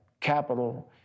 capital